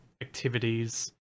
activities